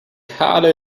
harder